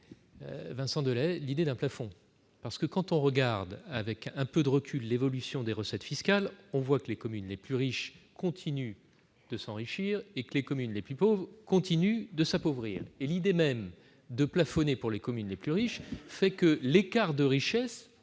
contre l'idée d'un plafond. Quand on regarde avec un peu de recul l'évolution des recettes fiscales, on voit que les communes les plus riches continuent de s'enrichir et que les communes les plus pauvres continuent de s'appauvrir. L'idée même de plafonner la contribution des communes les plus riches fait que l'écart de richesse